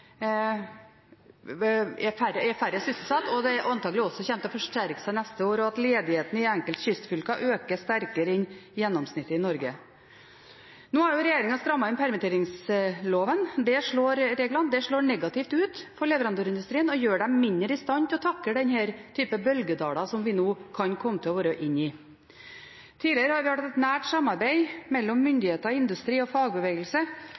er flere tusen færre sysselsatt. Det kommer antakelig også til å forsterke seg neste år, og ledigheten i enkelte kystfylker vil øke sterkere enn gjennomsnittet i Norge. Nå har jo regjeringen strammet inn permitteringsreglene. Det slår negativt ut for leverandørindustrien og gjør den mindre i stand til å takle den type bølgedaler som vi nå kan komme til å være inne i. Tidligere har det vært et nært samarbeid mellom myndigheter, industri og fagbevegelse